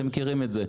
אתם מכירים את זה.